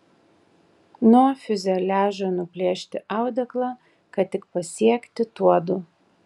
nuo fiuzeliažo nuplėšti audeklą kad tik pasiekti tuodu